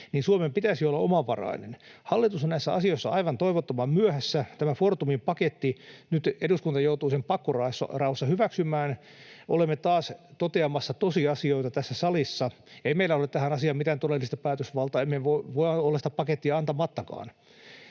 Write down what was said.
Suomen pitäisi olla omavarainen. Hallitus on näissä asioissa aivan toivottoman myöhässä. Tämän Fortumin paketin nyt eduskunta joutuu pakkoraossa hyväksymään. Olemme taas toteamassa tosiasioita tässä salissa. Ei meillä ole tähän asiaan mitään todellista päätösvaltaa, emme me voi olla sitä pakettia antamattakaan.